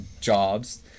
jobs